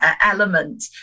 element